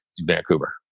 Vancouver